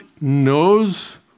knows